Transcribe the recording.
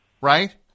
right